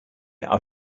are